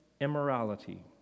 immorality